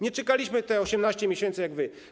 Nie czekaliśmy te 18 miesięcy jak wy.